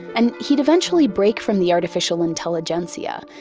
and he'd eventually break from the artificial intelligencia,